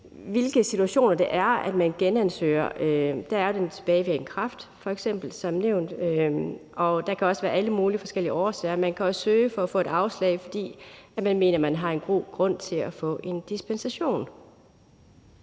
hvilke situationer der bliver genansøgt. Der er f.eks. det med tilbagevirkende kraft, som nævnt, og der kan også være alle mulige andre forskellige årsager. Man kan også søge for at få et afslag, fordi man mener, at man har en god grund til at få en dispensation.